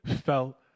felt